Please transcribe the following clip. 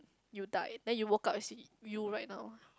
you die then you woke up and see you right now